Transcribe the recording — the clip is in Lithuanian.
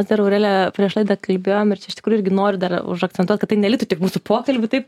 dar aurelija prieš laidą kalbėjom ir iš tikrųjų irgi noriu dar užakcentuot kad tai neliktų tik mūsų pokalby tai